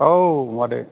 औ मादै